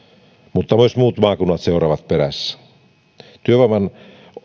mutta myös muut maakunnat seuraavat perässä työvoiman